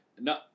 No